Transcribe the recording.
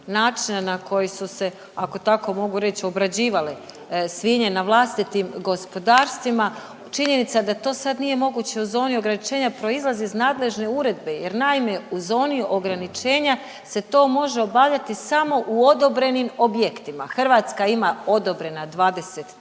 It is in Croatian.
načina na koji su se, ako tako mogu reći, obrađivale svinje na vlastitim gospodarstvima, činjenica da to sad nije moguće u zoni ograničenja proizlazi iz nadležne uredbe jer naime, u zoni ograničenja se to može obavljati samo u odobrenim objektima. Hrvatska ima odobrena 23,